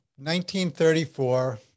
1934